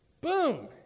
Boom